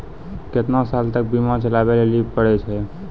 केतना साल तक बीमा चलाबै लेली पड़ै छै?